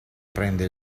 prende